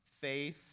Faith